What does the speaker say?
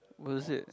was it